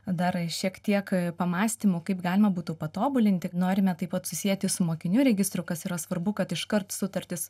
dar šiek tiek pamąstymų kaip galima būtų patobulinti ir norime taip pat susieti su mokinių registru kas yra svarbu kad iškart sutartys